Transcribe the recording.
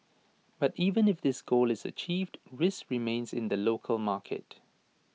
but even if this goal is achieved risks remain in the local market